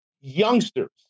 youngsters